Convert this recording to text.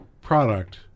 product